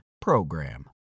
PROGRAM